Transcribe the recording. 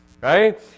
right